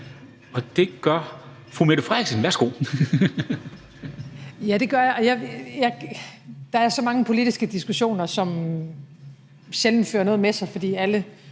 Værsgo. Kl. 13:52 Mette Frederiksen (S): Ja, det gør jeg. Der er så mange politiske diskussioner, som sjældent fører noget med sig, fordi alle